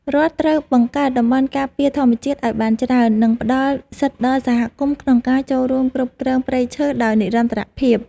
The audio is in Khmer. រដ្ឋត្រូវបង្កើតតំបន់ការពារធម្មជាតិឱ្យបានច្រើន និងផ្តល់សិទ្ធិដល់សហគមន៍ក្នុងការចូលរួមគ្រប់គ្រងព្រៃឈើដោយនិរន្តរភាព។